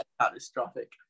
Catastrophic